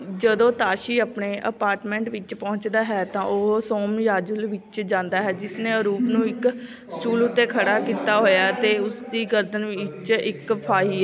ਜਦੋਂ ਤਾਸ਼ੀ ਆਪਣੇ ਅਪਾਰਟਮੈਂਟ ਵਿੱਚ ਪਹੁੰਚਦਾ ਹੈ ਤਾਂ ਉਹ ਸੋਮਯਾਜੁਲੂ ਵਿੱਚ ਜਾਂਦਾ ਹੈ ਜਿਸ ਨੇ ਅਰੂਪ ਨੂੰ ਇੱਕ ਸਟੂਲ ਉੱਤੇ ਖੜ੍ਹਾ ਕੀਤਾ ਹੋਇਆ ਹੈ ਅਤੇ ਉਸ ਦੀ ਗਰਦਨ ਵਿੱਚ ਇੱਕ ਫਾਹੀ